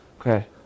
Okay